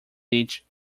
beach